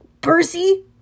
Percy